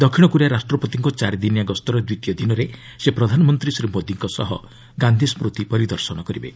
ଦକ୍ଷିଣ କୋରିଆ ରାଷ୍ଟ୍ରପତିଙ୍କ ଚାରିଦିନିଆ ଗସ୍ତର ଦ୍ୱିତୀୟ ଦିନରେ ସେ ପ୍ରଧାନମନ୍ତ୍ରୀ ଶ୍ରୀ ମୋଦିଙ୍କ ସହ ଗାନ୍ଧିସ୍କୃତି ପରିଦର୍ଶନ କରିବେ